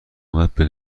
اومده